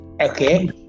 Okay